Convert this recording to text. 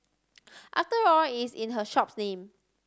after all it's in her shop's name